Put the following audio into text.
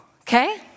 okay